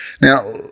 Now